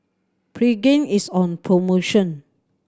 Pregain is on promotion